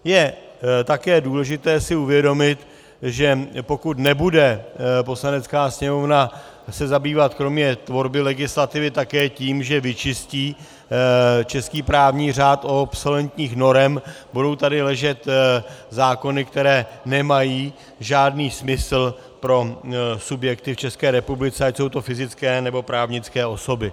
Je také důležité si uvědomit, že pokud se nebude Poslanecká sněmovna zabývat kromě tvorby legislativy také tím, že vyčistí český právní řád od obsolentních norem, budou tady ležet zákony, které nemají žádný smysl pro subjekty v České republice, ať jsou to fyzické, nebo právnické osoby.